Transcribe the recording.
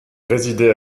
résidait